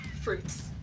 Fruits